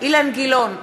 אילן גילאון,